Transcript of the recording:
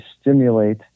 stimulate